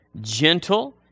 gentle